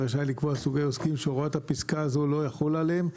רשאי לקבוע סוגי עוסקים שהוראות פסקה זו לא יחולו עליהם".